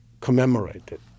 commemorated